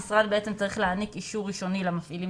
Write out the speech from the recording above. המשרד צריך להעניק אישור ראשוני למפעילים